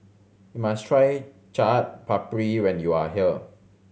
must try Chaat Papri when you are here